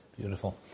Beautiful